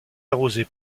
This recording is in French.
arrosée